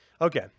Okay